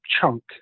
chunk